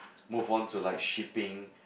moved on to like shipping